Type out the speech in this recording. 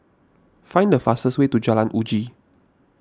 find the fastest way to Jalan Uji